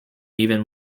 even